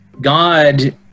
God